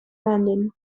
landing